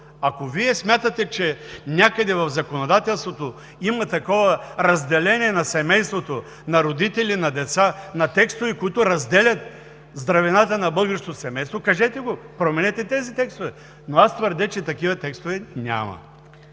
Ако Вие смятате, че някъде в законодателството има такова разделение на семейството, на родители, на деца, на текстове, които разделят здравината на българското семейство, кажете го, променете тези текстове, но аз твърдя, че такива текстове няма.